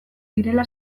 direla